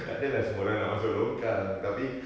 tak ada lah semua orang nak masuk longkang tapi